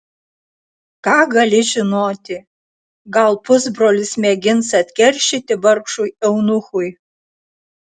ką gali žinoti gal pusbrolis mėgins atkeršyti vargšui eunuchui